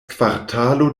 kvartalo